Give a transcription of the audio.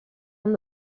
amb